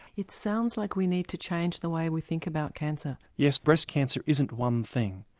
it sounds like we need to change the way we think about cancer. yes, breast cancer isn't one thing.